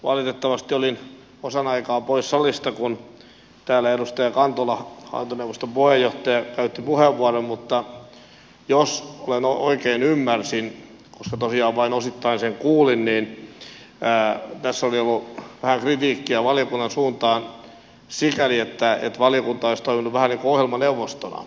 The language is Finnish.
valitettavasti olin osan aikaa pois salista kun täällä edustaja kantola hallintoneuvoston puheenjohtaja käytti puheenvuoron mutta jos oikein ymmärsin koska tosiaan vain osittain sen kuulin tässä oli ollut vähän kritiikkiä valiokunnan suuntaan sikäli että valiokunta olisi toiminut vähän ikään kuin ohjelmaneuvostona